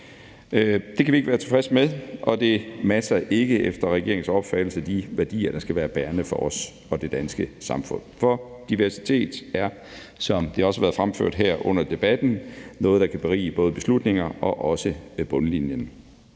Det kan vi ikke være tilfredse med, og det matcher efter regeringens opfattelse ikke de værdier, der skal være bærende for os og det danske samfund. For diversitet er, som det også har været fremført her under debatten, noget, der kan berige både beslutninger og også bundlinjen.